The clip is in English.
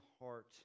heart